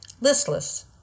listless